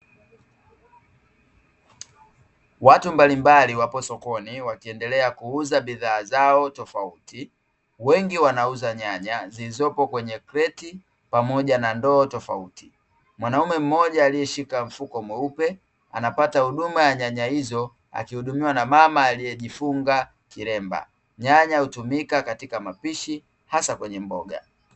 Watu mbalimbali wapo sokoni wakiendelea kuuza bidhaa zao tofauti. Wengi wanauza nyanya zilizopo kwenye kreti pamoja na ndoo tofauti. Mwanaume mmoja aliyeshika mfuko mweupe, anapata huduma ya nyanya hizo, akihudumiwa mama aliyejifunga kilemba. Nyanya hutumika katika mapishi hasa kwenye mboga.